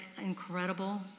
incredible